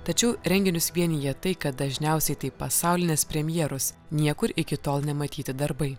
tačiau renginius vienija tai kad dažniausiai tai pasaulinės premjeros niekur iki tol nematyti darbai